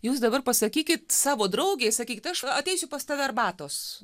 jūs dabar pasakykit savo draugei sakykit aš ateisiu pas tave arbatos